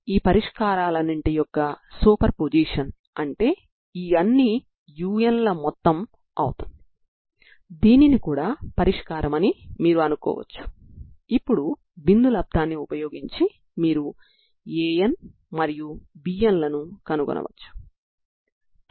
uxt పరిష్కారాలన్నింటి యొక్క superposition An మరియు Bnలతో కలిపి తీసుకుంటుంది